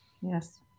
yes